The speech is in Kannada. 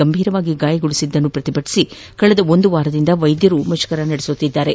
ಗಂಭೀರವಾಗಿ ಗಾಯಗೊಳಿಸಿರುವುದನ್ನು ಪ್ರತಿಭಟಿಸಿ ಕಳೆದ ವಾರದಿಂದ ವೈದ್ಯರು ಮುಷ್ಕರ ನಡೆಸುತ್ತಿದ್ದಾರೆ